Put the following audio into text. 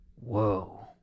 Whoa